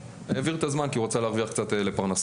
והעביר את הזמן כי הוא רצה להרוויח קצת לפרנסתו.